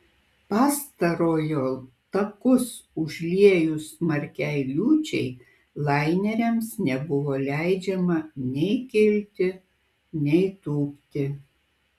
pastarojo takus užliejus smarkiai liūčiai laineriams nebuvo leidžiama nei kilti nei tūpti